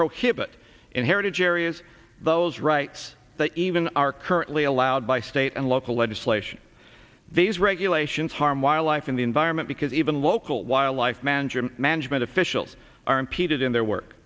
prohibit inheritage areas those rights even are currently allowed by state and local legislation these regulations harm wildlife in the environment because even local wildlife manager management officials are impeded in their work